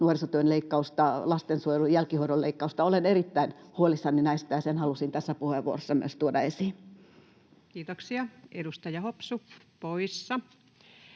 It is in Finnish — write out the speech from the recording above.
nuorisotyön leikkausta, lastensuojelun jälkihoidon leikkausta. Olen erittäin huolissani näistä, ja sen halusin tässä puheenvuorossa myös tuoda esiin. === STRUCTURED CONTENT